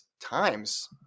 times